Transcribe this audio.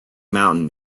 mountain